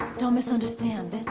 don't misunderstand, bitch.